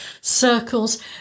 circles